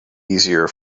easier